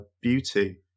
beauty